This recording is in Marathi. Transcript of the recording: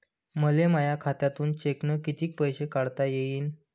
मले माया खात्यातून चेकनं कितीक पैसे काढता येईन?